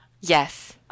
Yes